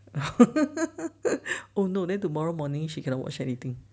oh no then tomorrow morning she cannot watch anything